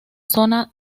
zona